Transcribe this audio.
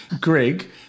greg